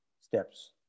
steps